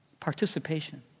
Participation